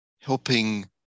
helping